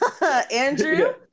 Andrew